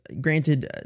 Granted